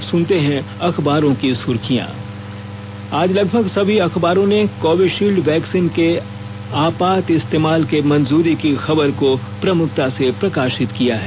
अब अखबारों की सुर्खियां आज लगभग सभी अखबारों ने कोविशील्ड वैक्सीन के आपात इस्तेमाल के मंजूरी की खबर को प्रमुखता से प्रकाशित किया है